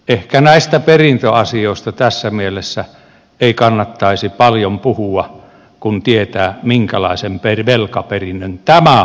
ehkä näistä perintöasioista tässä mielessä ei kannattaisi paljon puhua kun tietää minkälaisen velkaperinnön tämä hallitus jättää